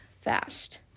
Fast